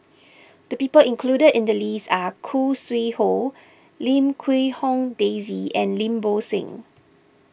the people included in the list are Khoo Sui Hoe Lim Quee Hong Daisy and Lim Bo Seng